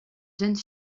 jeune